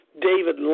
David